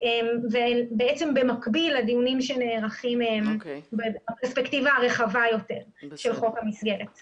בעצם במקביל לדיונים שנערכים בפרספקטיבה הרחבה יותר של חוק המסגרת.